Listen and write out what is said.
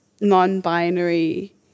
non-binary